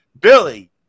Billy